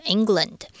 England